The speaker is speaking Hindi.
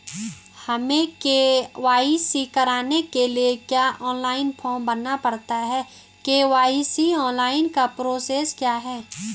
हमें के.वाई.सी कराने के लिए क्या ऑनलाइन फॉर्म भरना पड़ता है के.वाई.सी ऑनलाइन का प्रोसेस क्या है?